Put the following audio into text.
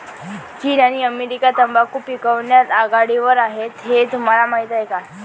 चीन आणि अमेरिका तंबाखू पिकवण्यात आघाडीवर आहेत हे तुम्हाला माहीत आहे